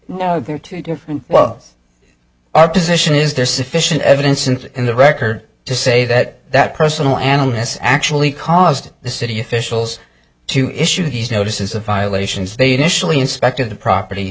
they're two different well our position is there's sufficient evidence and in the record to say that that personal animus actually caused the city officials to issue these notices of violations they initially inspected the property